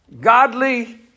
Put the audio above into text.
Godly